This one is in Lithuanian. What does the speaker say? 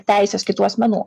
teises kitų asmenų